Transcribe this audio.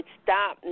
stop